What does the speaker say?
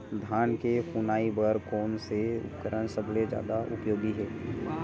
धान के फुनाई बर कोन से उपकरण सबले जादा उपयोगी हे?